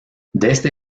desde